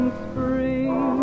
spring